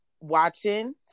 watching